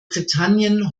britannien